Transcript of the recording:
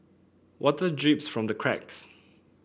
water drips from the cracks